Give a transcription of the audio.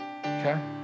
Okay